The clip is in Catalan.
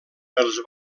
els